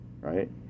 right